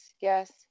Yes